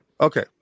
Okay